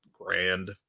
grand